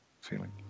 feeling